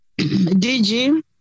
DG